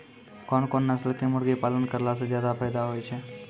कोन कोन नस्ल के मुर्गी पालन करला से ज्यादा फायदा होय छै?